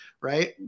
right